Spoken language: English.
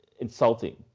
insulting